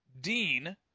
Dean